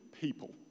people